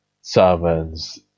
sermons